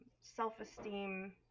self-esteem